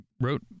wrote